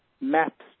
maps